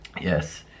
Yes